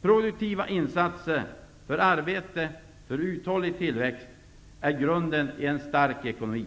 Produktiva insatser för arbete, för en uthållig tillväxt, är grunden i en stark ekonomi.